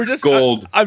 Gold